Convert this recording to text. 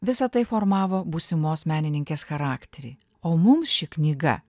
visa tai formavo būsimos menininkės charakterį o mums ši knyga